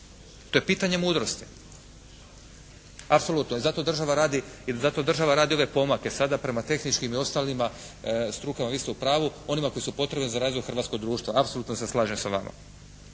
To je pitanje mudrosti. Apsolutno. I zato država radi, zato država radi ove pomake sada prema tehničkim i ostalima strukama, vi ste u pravu, onima koje su potrebne za razvoj hrvatskog društva, apsolutno se slažem sa vama.